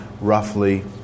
roughly